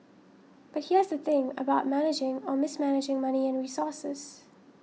but here's the thing about managing or mismanaging money and resources